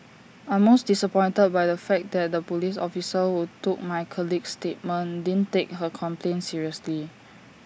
I'm most disappointed by the fact that the Police officer who took my colleague's statement didn't take her complaint seriously